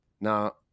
Now